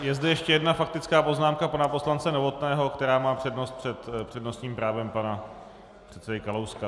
Je zde ještě jedna faktická poznámka pana poslance Novotného, která má přednost před přednostním právem pana předsedy Kalouska.